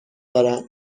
دارم